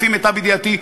לפי מיטב ידיעתי,